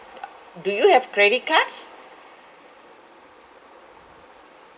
uh do you have credit cards